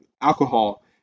alcohol